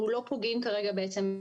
אנחנו לא פוגעים כרגע בעצם.